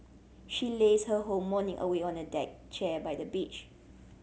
she lazed her whole morning away on a deck chair by the beach